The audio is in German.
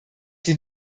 den